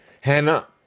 Hannah